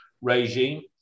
regime